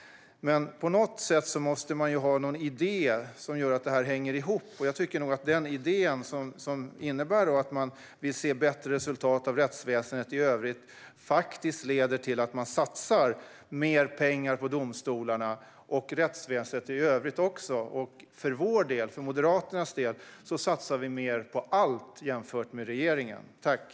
Man måste ha någon idé om hur detta hänger ihop. Jag tycker att den idé som innebär att man ser bättre resultat i rättsväsendet i övrigt leder till att man satsar mer pengar på domstolarna och även rättsväsendet i övrigt. Moderaterna satsar mer på allt jämfört med regeringen. Riksrevisionens rapport om tings-rätters effektivitet och produktivitet